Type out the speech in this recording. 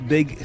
Big